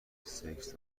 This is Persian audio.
سکس